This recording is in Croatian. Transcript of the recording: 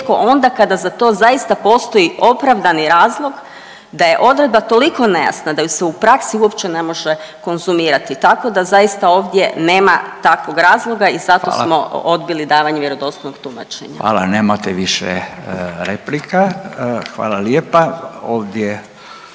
rijetko onda kada za to zaista postoji opravdani razlog da je odredba toliko nejasna da ju se u praksi uopće ne može konzumirati, tako da zaista ovdje nema takvog razloga i zato smo odbili davanje vjerodostojnog tumačenja. **Radin, Furio (Nezavisni)** Hvala, nemate